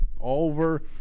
Over